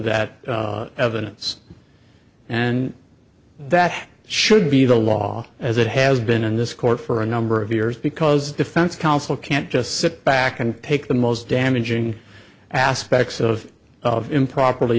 that evidence and that should be the law as it has been in this court for a number of years because defense counsel can't just sit back and take the most damaging aspects of of improperly